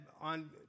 on